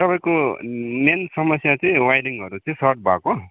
तपाईँको मेन समस्या चाहिँ वाइरिङहरू चाहिँ सर्ट भएको